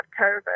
COVID